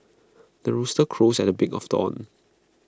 the rooster crows at the break of dawn